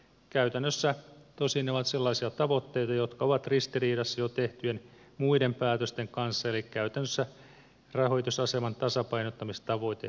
käytännössä tosin ne ovat sellaisia tavoitteita jotka ovat ristiriidassa jo tehtyjen muiden päätösten kanssa eli käytännössä rahoitusaseman tasapainottamistavoite ei toteudu